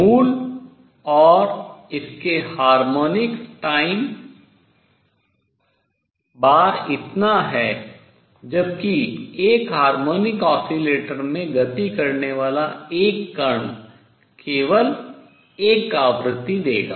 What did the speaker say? मूल और इसके हार्मोनिक्स गुणा बार इतना है जबकि एक हार्मोनिक ऑसीलेटर में गति करने वाला एक कण केवल एक आवृत्ति देगा